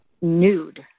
nude